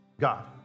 God